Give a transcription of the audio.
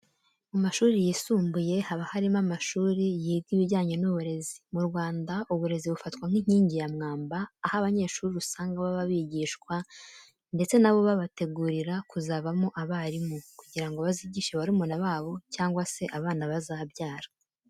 Mu mashuri yisumbuye haba hari amashuri yiga ibijyanye n'uburezi. Mu Rwanda uburezi bufatwa nk'inkingi ya mwamba, aho abanyeshuri usanga baba bigishwa ndetse na bo babategurira kuzavamo abarimu, kugira ngo bazigishe barumuna babo cyangwa se abana bazabyara.